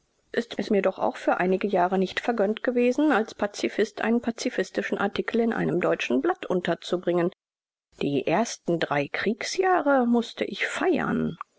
ist es mir doch auch für einige jahre nicht vergönnt gewesen als pazifist einen pazifistischen artikel in einem deutschen blatt unterzubringen die ersten drei kriegsjahre mußte ich feiern